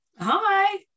hi